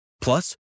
Plus